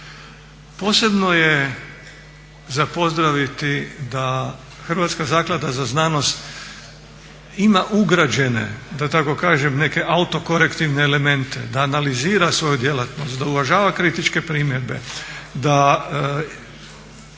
Posebno je za pozdraviti da Hrvatska zaklada za znanost ima ugrađene da tako kažem neke autokorektivne elemente da analizira svoju djelatnost, da uvažava kritičke primjedbe, da